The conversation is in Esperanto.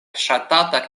ŝatata